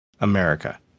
America